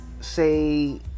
say